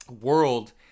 world